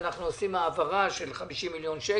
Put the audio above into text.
אנחנו עושים העברה של 50 מיליון שקל,